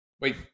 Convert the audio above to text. Wait